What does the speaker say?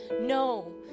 No